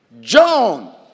John